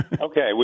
Okay